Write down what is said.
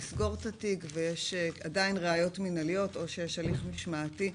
לסגור את התיק ויש עדיין ראיות מנהליות או שיש הליך משמעתי,